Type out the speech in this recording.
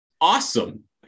awesome